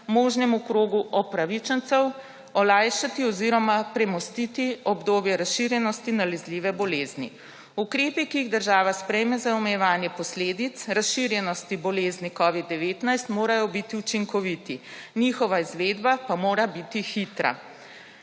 možnemu krogu upravičencev olajšati oziroma premostiti obdobje razširjenosti nalezljive bolezni. Ukrepi, ki jih država sprejme za omejevanje posledic razširjenosti bolezni covida-19, morajo biti učinkoviti, njihova izvedba pa mora biti hitra.